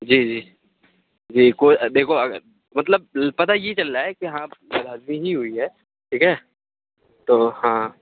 جی جی جی کوئی دیکھو اگر مطلب پتا یہ چل رہا کہ ہاں بدہضمی ہی ہوئی ہے ٹھیک ہے تو ہاں